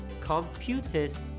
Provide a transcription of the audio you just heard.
computers